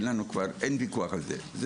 אין ויכוח על זה.